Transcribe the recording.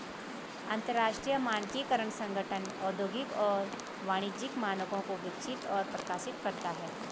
अंतरराष्ट्रीय मानकीकरण संगठन औद्योगिक और वाणिज्यिक मानकों को विकसित और प्रकाशित करता है